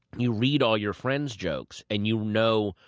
you read all your friends jokes and you know,